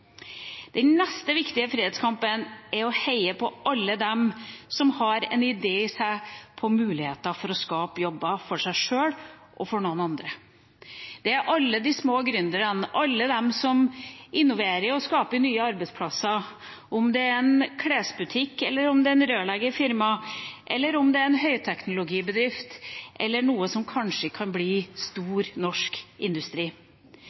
Den neste viktige frihetskampen er å heie på alle dem som har en idé i seg for muligheter til å skape jobber for seg sjøl og for andre. Det er alle de små gründerne, alle dem som innoverer og skaper nye arbeidsplasser – om det er en klesbutikk eller om det er et rørleggerfirma, eller om det er en høyteknologibedrift eller noe som kanskje kan bli stor norsk industri.